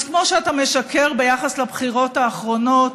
אז כמו שאתה משקר ביחס לבחירות הבחירות האחרונות,